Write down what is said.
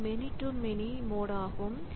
இது many to many mode ஆகும்